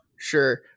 Sure